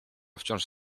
wciąż